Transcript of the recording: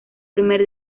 primer